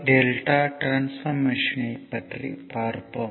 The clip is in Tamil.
Y Δ டிரான்ஸ்பர்மஷன் பற்றி பார்ப்போம்